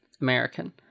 American